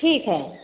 ठीक है